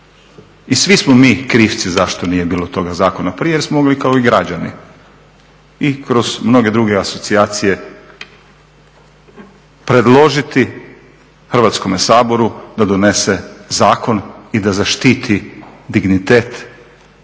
I svi smo mi krivci zašto nije bilo toga zakona prije jer smo mogli kao i građani i kroz mnoge druge asocijacije predložiti Hrvatskome saboru da donese zakon i da zaštiti dignitet osoba